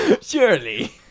Surely